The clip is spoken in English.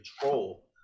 control